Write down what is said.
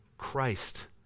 christ